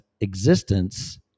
existence